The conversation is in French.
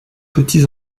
petits